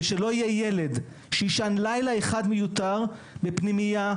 ושלא יהיה ילד שיישן לילה אחד מיותר בפנימייה,